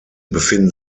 befinden